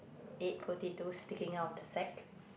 eight potatoes sticking out of the sack